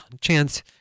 chance